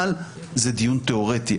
אבל זה דיון תאורטי.